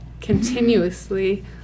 continuously